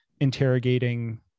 interrogating